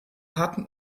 hatten